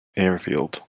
airfield